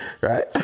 right